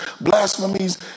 blasphemies